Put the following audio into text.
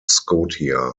scotia